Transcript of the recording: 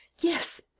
Yes